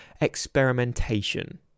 experimentation